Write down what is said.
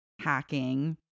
hacking